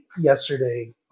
yesterday